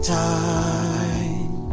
time